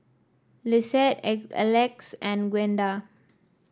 Lissette Elex and Gwenda